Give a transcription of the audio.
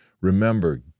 Remember